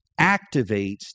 activates